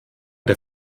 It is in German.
der